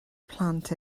plant